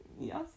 Yes